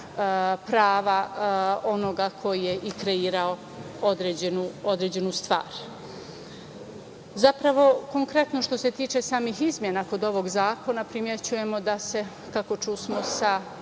prava onoga koji je i kreirao određenu stvar. Zapravo, konkretno što se tiče samih izmena kod ovog zakona, primećujemo da se, kako čusmo, sa